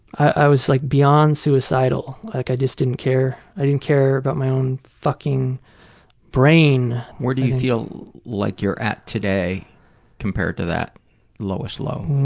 was like beyond suicidal. like i just didn't care. i didn't care about my own fucking brain. where do you feel like you're at today compared to that lowest low?